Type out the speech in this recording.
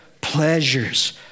Pleasures